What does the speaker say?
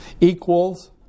Equals